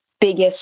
biggest